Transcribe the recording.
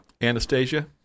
Anastasia